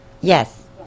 Yes